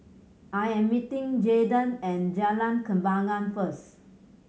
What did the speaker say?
I am meeting Jaiden at Jalan Kembangan first